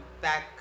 back